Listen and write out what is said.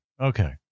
okay